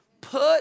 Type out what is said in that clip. Put